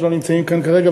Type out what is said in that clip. שלא נמצאים כאן כרגע,